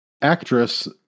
actress